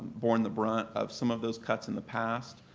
borne the brunt of some of those cuts in the past.